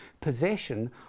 possession